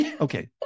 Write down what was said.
Okay